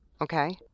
Okay